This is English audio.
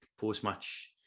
post-match